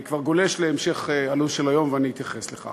אני גולש להמשך הלו"ז של היום ואני אתייחס לכך.